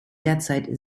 derzeit